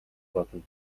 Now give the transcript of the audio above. бодно